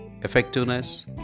effectiveness